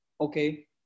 Okay